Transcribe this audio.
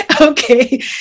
Okay